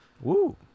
Woo